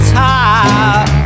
top